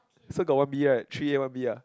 so got one B right three A one B ah